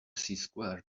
squared